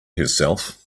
herself